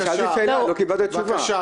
אני שאלתי שאלה ועוד לא קיבלתי תשובה.